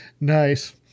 Nice